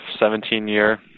17-year